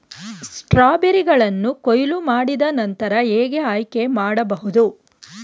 ಸ್ಟ್ರಾಬೆರಿಗಳನ್ನು ಕೊಯ್ಲು ಮಾಡಿದ ನಂತರ ಹೇಗೆ ಆಯ್ಕೆ ಮಾಡಬಹುದು?